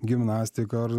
gimnastika ar